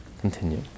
Continue